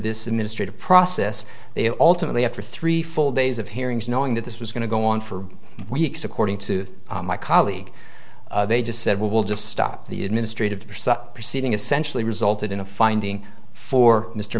this industry to process they alternately after three full days of hearings knowing that this was going to go on for weeks according to my colleague they just said well we'll just stop the administrative proceeding essentially resulted in a finding for mr